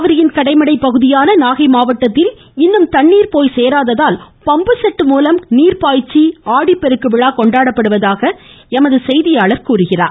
காவிரியின் கடைமடை பகுதியான நாகை மாவட்டத்தில் இன்னும் தண்ணீர் போய் சேராததால் பம்புசெட்டு மூலம் நீர்பாய்ச்சி ஆடிப்பெருக்கு விழா கொண்டாடப்படுவதாக எமது செய்தியாளர் தெரிவிக்கிறார்